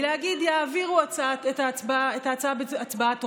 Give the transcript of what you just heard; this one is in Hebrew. להגיד: יעבירו את ההצעה בהצבעה טרומית,